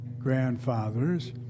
grandfathers